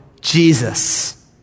Jesus